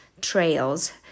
trails